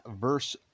verse